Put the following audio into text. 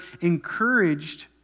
encouraged